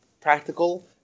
practical